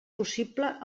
possible